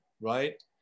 right